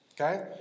Okay